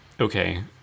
Okay